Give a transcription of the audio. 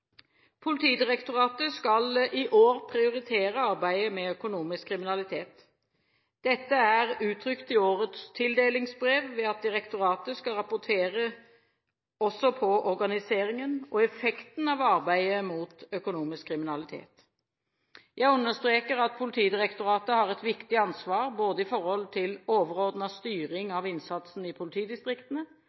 Politidirektoratet skal i år prioritere arbeidet med økonomisk kriminalitet. Dette er uttrykt i årets tildelingsbrev, ved at direktoratet skal rapportere om organiseringen og effekten av arbeidet mot økonomisk kriminalitet. Jeg understreker at Politidirektoratet har et viktig ansvar både i forhold til overordnet styring av innsatsen i politidistriktene